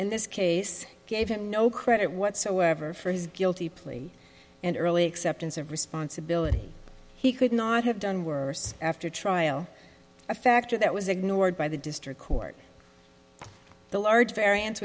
in this case gave him no credit whatsoever for his guilty plea and early acceptance of responsibility he could not have done worse after trial a factor that was ignored by the district court the large variance